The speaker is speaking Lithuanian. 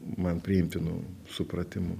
man priimtinu supratimu